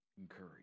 encourage